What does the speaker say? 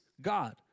God